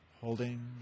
holding